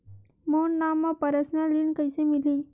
मोर नाम म परसनल ऋण कइसे मिलही?